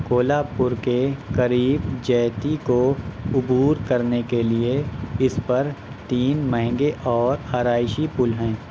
کولہاپور کے قریب جیتی کو عبور کرنے کے لیے اس پر تین مہنگے اور آرائشی پل ہیں